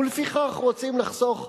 ולפיכך רוצים לחסוך,